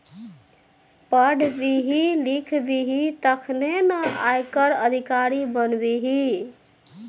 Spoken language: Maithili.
पढ़बिही लिखबिही तखने न आयकर अधिकारी बनबिही